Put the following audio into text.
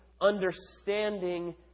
understanding